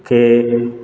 केँ